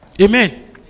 Amen